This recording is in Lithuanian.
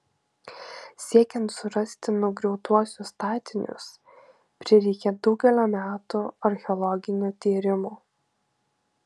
siekiant surasti nugriautuosius statinius prireikė daugelio metų archeologinių tyrimų